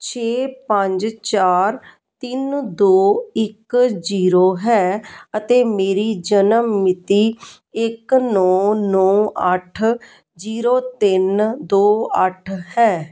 ਛੇ ਪੰਜ ਚਾਰ ਤਿੰਨ ਦੋ ਇੱਕ ਜੀਰੋ ਹੈ ਅਤੇ ਮੇਰੀ ਜਨਮ ਮਿਤੀ ਇੱਕ ਨੌਂ ਨੌਂ ਅੱਠ ਜੀਰੋ ਤਿੰਨ ਦੋ ਅੱਠ ਹੈ